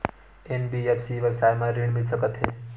NBFC व्यवसाय मा ऋण मिल सकत हे